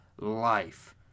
life